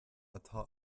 atá